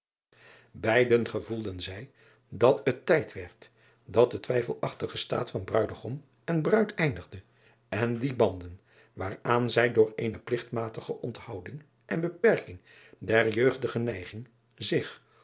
eiden gevoelden zij dat het tijd werd dat de twijfelachtige slaat van ruidegom en ruid eindigde en die banden waaraan zij door eene pligtmatige onthouding en beperking der jeugdige neiging zich